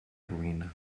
ruïna